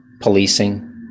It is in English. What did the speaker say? policing